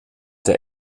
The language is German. der